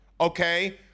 okay